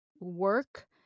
work